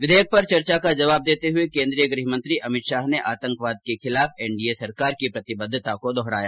विधेयक पर चर्चा का जवाब देते हुए केन्द्रीय गृह मंत्री अमित शाह ने आंतकवाद के खिलाफ एनडीए सरकार की प्रतिबद्धता को दोहराया